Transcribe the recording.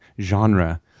genre